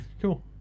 cool